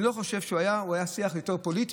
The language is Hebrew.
אני לא חושב שהוא היה, הוא היה שיח יותר פוליטי,